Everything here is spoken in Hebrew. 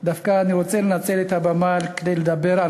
אני רוצה לנצל את הבמה כדי לדבר דווקא